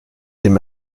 dem